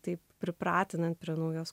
taip pripratinant prie naujos